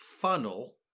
funnel